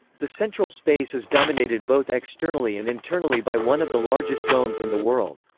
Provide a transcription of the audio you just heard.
the central space is dominated both externally and internally by one of the largest domes in the world.